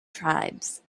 tribes